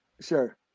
Sure